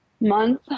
month